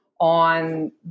on